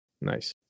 Nice